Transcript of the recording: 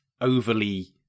overly